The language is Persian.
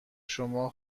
شما